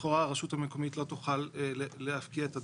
לכאורה הרשות המקומית לא תוכל להפקיע את הדרך.